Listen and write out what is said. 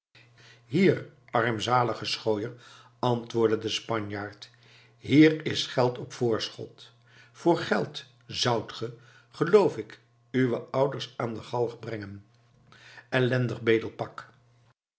hier armzalige schooier antwoordde de spanjaard hier is geld op voorschot voor geld zoudt ge geloof ik uwe ouders aan de galg brengen ellendig